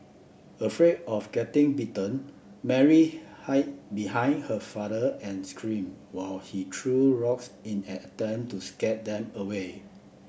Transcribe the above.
afraid of getting bitten Mary hide behind her father and screamed while he threw rocks in an attempt to scare them away